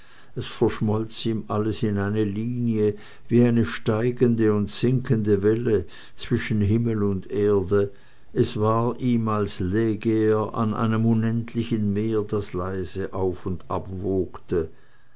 es verschmolz ihm alles in eine linie wie eine steigende und sinkende welle zwischen himmel und erde es war ihm als läge er an einem unendlichen meer das leise auf und ab wogte